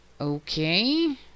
Okay